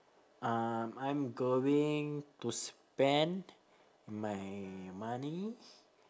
um I'm going to spend my money